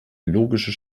logische